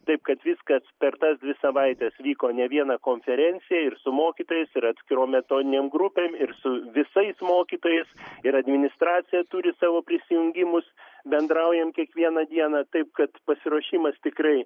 taip kad viskas per tas dvi savaites vyko ne viena konferencija ir su mokytojais ir atskirom metodinėm grupėm ir su visais mokytojais ir administracija turi savo prisijungimus bendraujam kiekvieną dieną taip kad pasiruošimas tikrai